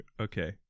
Okay